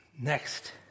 Next